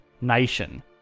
nation